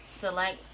select